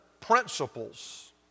principles